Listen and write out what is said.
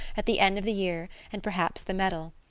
at the end of the year, and perhaps the medal!